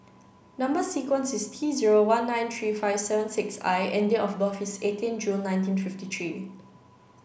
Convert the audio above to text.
number sequence is T zero one nine three five seven six I and date of birth is eighteenth June nineteen fifty three